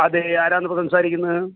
അതേ ആരാണിപ്പം സംസാരിക്കുന്നത്